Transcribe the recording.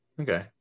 Okay